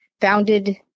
founded